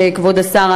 כבוד השר,